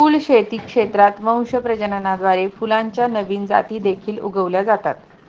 फुलशेती क्षेत्रात वंश प्रजननाद्वारे फुलांच्या नवीन जाती देखील उगवल्या जातात